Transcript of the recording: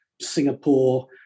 Singapore